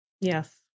Yes